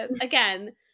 again